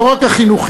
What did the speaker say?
לא רק החינוכית,